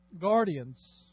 Guardians